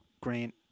Grant